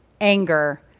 anger